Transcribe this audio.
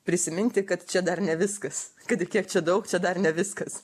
prisiminti kad čia dar ne viskas kad ir kiek čia daug čia dar ne viskas